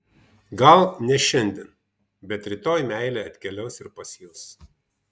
gal ne šiandien bet rytoj meilė atkeliaus ir pas jus